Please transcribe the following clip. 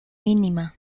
mínima